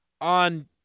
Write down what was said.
on